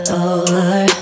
over